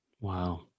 Wow